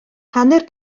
hanner